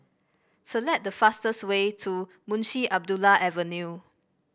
select the fastest way to Munshi Abdullah Avenue